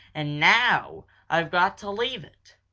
and now i've got to leave it.